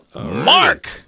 Mark